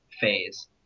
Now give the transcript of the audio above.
phase